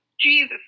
Jesus